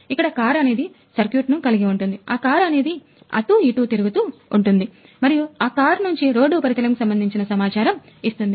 ఇక్కడ car అనేది circuit ను కలిగి ఉంటుంది ఆ కారు అనేది అటూ ఇటూ తిరుగుతూ ఉంటుంది మరియు ఆ కారు నుంచి రోడ్డు ఉపరితలం కు సంబంధించిన సమాచారం ఇస్తుంది